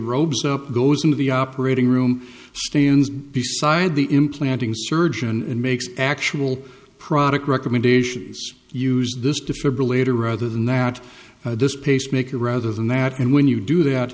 robes up goes into the operating room stands beside the implanting surgeon and makes actual product recommendations use this to febrile later rather than that this pacemaker rather than that and when you do that